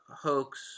hoax